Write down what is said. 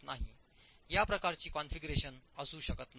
या प्रकारची कॉन्फिगरेशन असू शकत नाही